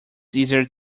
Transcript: easier